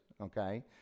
okay